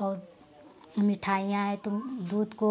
और मिठाइयाँ हैं तो दूध को